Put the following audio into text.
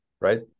right